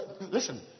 Listen